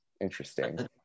interesting